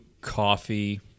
coffee